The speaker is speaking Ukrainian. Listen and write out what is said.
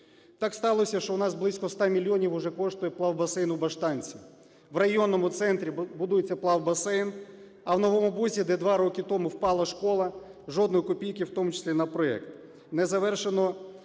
Так сталося, що у нас близько 100 мільйонів уже коштує плавбасейн у Баштанці. В районному центрі будується плавбасейн, а в Новому Бузі, де 2 роки тому впала школа, жодної копійки, в тому числі на проект. Не завершено